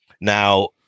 Now